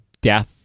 death